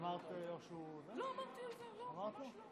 גברתי, עד עשר דקות לרשותך.